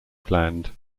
planned